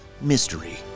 Mystery